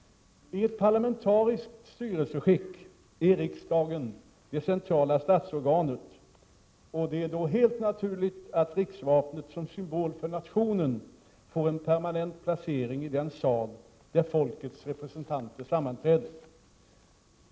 I ett parlamentariskt styrelsesätt är riksdagen det centrala statsorganet, och det är då hélt naturligt att riksvapnet som symbol för nationen får en permanent placering i den sal där svenska folkets representanter sammanträder.